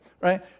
right